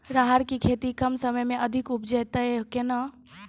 राहर की खेती कम समय मे अधिक उपजे तय केना?